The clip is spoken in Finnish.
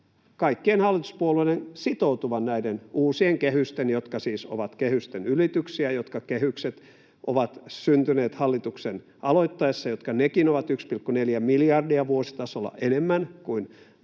kaikkien hallituspuolueiden sitoutuvan näiden uusien kehysten, jotka siis ovat kehysten ylityksiä, jotka kehykset ovat syntyneet hallituksen aloittaessa, jotka nekin ovat 1,4 miljardia vuositasolla enemmän kuin Juha